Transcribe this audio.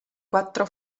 quattro